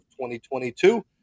2022